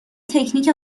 تکنیک